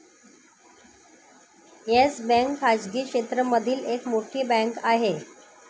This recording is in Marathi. येस बँक खाजगी क्षेत्र मधली एक मोठी बँक आहे